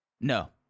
No